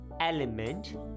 element